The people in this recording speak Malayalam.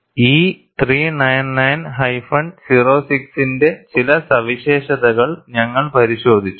E 399 06 ന്റെ ചില സവിശേഷതകൾ ഞങ്ങൾ പരിശോധിച്ചു